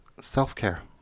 Self-care